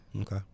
Okay